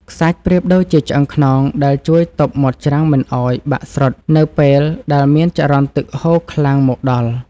ខ្សាច់ប្រៀបដូចជាឆ្អឹងខ្នងដែលជួយទប់មាត់ច្រាំងមិនឱ្យ បាក់ស្រុតនៅពេលដែលមានចរន្តទឹកហូរខ្លាំងមកដល់។